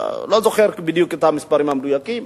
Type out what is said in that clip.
לא זוכר בדיוק את המספרים המדויקים.